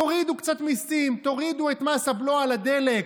תורידו קצת מיסים, תורידו את מס הבלו על הדלק,